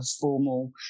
formal